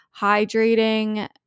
hydrating